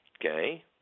Okay